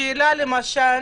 שאלה אחת, למשל